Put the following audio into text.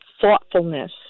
thoughtfulness